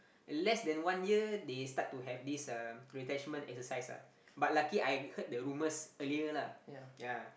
less than one year they start to have this um retrenchment exercise ah but lucky I heard the rumors earlier lah yeah